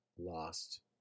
lost